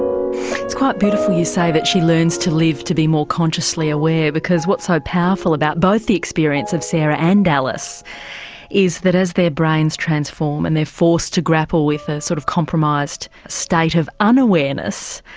it's quite beautiful, you say that she learns to live, to be more consciously aware. because what's so powerful about both the experiences of sarah and alice is that as their brains transform and they're forced to grapple with a sort of compromised state of unawareness,